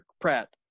pratt